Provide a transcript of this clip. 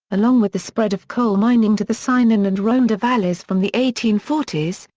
along with the spread of coal mining to the cynon and rhondda valleys from the eighteen forty s,